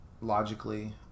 logically